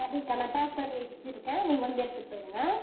சரிங்க அக்கா நான் பேக் பண்ணி வச்சுருக்கேன் நீங்கள் வந்து எடுத்துகிட்டு போய்விடுங்க